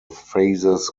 phases